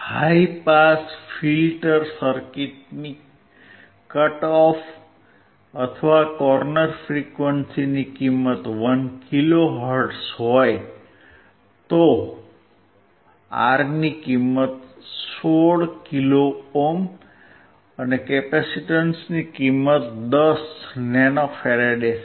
high pass filter સર્કિટની cut off અથવા corner ફ્રીક્વંસીની કિંમત 1kHz હોય તો Rની કિંમત 16kΩ અને કેપેસીટંસની કિંમત 10nF થાય